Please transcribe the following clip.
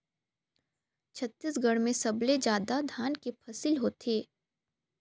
छत्तीसगढ़ में सबले जादा धान के फसिल होथे